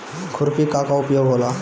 खुरपी का का उपयोग होला?